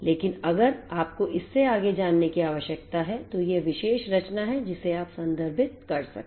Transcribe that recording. लेकिन अगर आपको इससे आगे जानने की आवश्यकता है तो यह विशेष रचना है जिसे आप संदर्भित कर सकते हैं